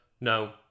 no